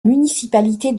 municipalité